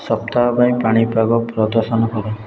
ସପ୍ତାହ ପାଇଁ ପାଣିପାଗ ପ୍ରଦର୍ଶନ କର